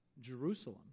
Jerusalem